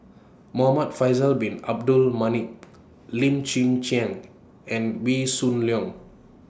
Muhamad Faisal Bin Abdul Manap Lim Chwee Chian and Wee Shoo Leong